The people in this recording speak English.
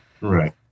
Right